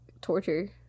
torture